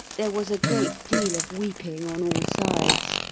there was a great deal of weeping on all sides.